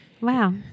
Wow